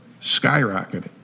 skyrocketed